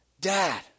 Dad